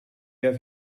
have